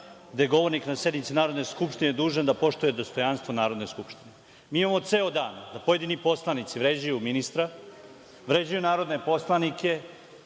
je govornik na sednici Narodne skupštine dužan da poštuje dostojanstvo Narodne skupštine. Mi imamo ceo dan da pojedini poslanici vređaju ministra, vređaju narodne poslanike,